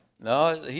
No